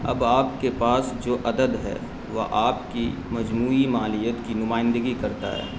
اب آپ کے پاس جو عدد ہے وہ آپ کی مجموعی مالیت کی نمائندگی کرتا ہے